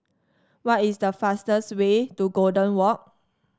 what is the fastest way to Golden Walk